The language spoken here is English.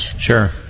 Sure